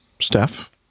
steph